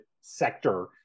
sector